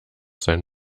sein